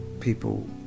people